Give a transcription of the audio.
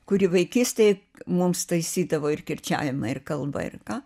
kuri vaikystėj mums taisydavo ir kirčiavimą ir kalbą ir ką